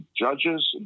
judges